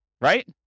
right